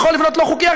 יכול לבנות לא חוקי?